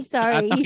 Sorry